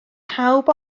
pawb